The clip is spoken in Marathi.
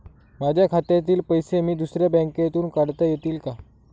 माझ्या खात्यातील पैसे मी दुसऱ्या बँकेतून काढता येतील का?